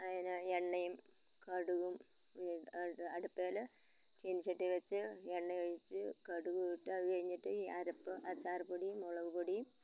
അതിനാ എണ്ണയും കടുകും അടുപ്പേല് ചീനച്ചട്ടി വെച്ച് എണ്ണയൊഴിച്ച് കടുകുമിട്ട് അത് കഴിഞ്ഞിട്ട് ഈ അരപ്പ് അച്ചാറുപൊടിയും മുളകുപൊടിയും